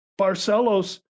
Barcelos